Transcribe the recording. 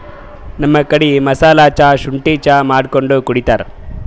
ನಮ್ ಕಡಿ ಮಸಾಲಾ ಚಾ, ಶುಂಠಿ ಚಾ ಮಾಡ್ಕೊಂಡ್ ಕುಡಿತಾರ್